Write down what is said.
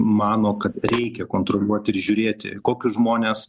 mano kad reikia kontroliuoti ir žiūrėti kokius žmones